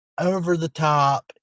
over-the-top